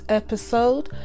episode